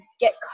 get